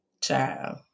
Child